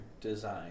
design